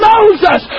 Moses